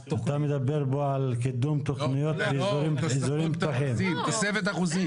אתה מדבר פה על קידום תכניות באזורים --- בתוספת אחוזים.